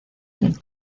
del